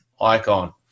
icon